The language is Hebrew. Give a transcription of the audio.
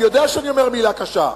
אני יודע שאני אומר מלה קשה,